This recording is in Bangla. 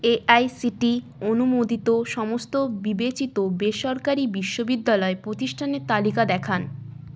এআইসিটিই অনুমোদিত সমস্ত বিবেচিত বেসরকারি বিশ্ববিদ্যালয়ে প্রতিষ্ঠানের তালিকা দেখান